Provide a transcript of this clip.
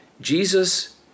Jesus